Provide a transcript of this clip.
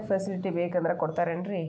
Check facility ಬೇಕಂದ್ರ ಕೊಡ್ತಾರೇನ್ರಿ?